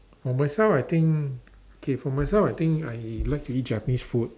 for myself I think okay for myself I think I like to eat Japanese food